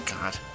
God